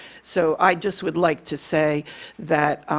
so i just would like to say that,